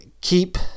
keep